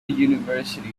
university